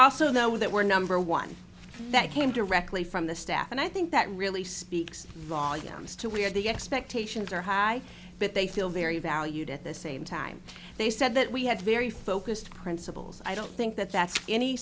also know that we're number one that came directly from the staff and i think that really speaks volumes to we are the expectations are high that they feel very valued at the same time they said that we have very focused principals i don't think that that's any